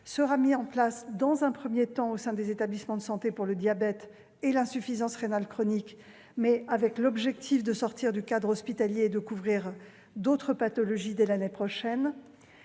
sera mise en place, dans un premier temps au sein des établissements de santé, pour le diabète et l'insuffisance rénale chronique, mais avec l'objectif de sortir du cadre hospitalier et de couvrir d'autres pathologies dès l'année prochaine.